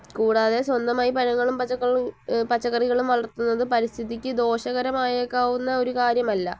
കൂടാതെ സ്വന്തമായി പഴങ്ങളും പച്ചക്കറികളും വളർത്തുന്നത് പരിസ്ഥിതിക്ക് ദോഷകരമായേക്കാവുന്ന ഒരു കാര്യമല്ല